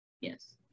Yes